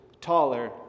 taller